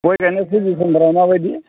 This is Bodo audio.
गय गायनायनि सिस्टेमफोरा माबायदि